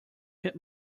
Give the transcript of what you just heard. hit